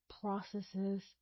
processes